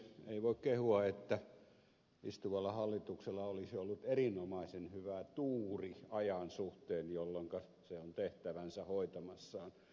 ei voi kehua että istuvalla hallituksella olisi ollut erinomaisen hyvä tuuri sen ajan suhteen jolloinka se on tehtäväänsä hoitamassa